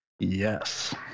Yes